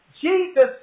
Jesus